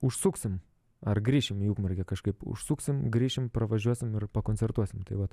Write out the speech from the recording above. užsuksim ar grįšim į ukmergę kažkaip užsuksim grįšim pravažiuosim ir pakoncertuosim tai vat